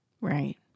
Right